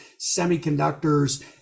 semiconductors